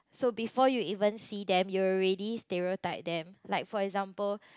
so before you even see them you already stereotype them like for example